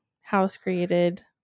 house-created